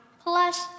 Plus